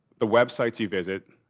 the websites you visit,